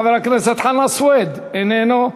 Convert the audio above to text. חבר הכנסת חנא סוייד, איננו.